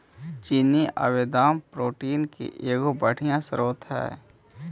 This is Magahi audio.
चिनिआबेदाम प्रोटीन के एगो बढ़ियाँ स्रोत हई